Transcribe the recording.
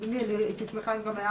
אדוני, אני הייתי שמחה אם גם היה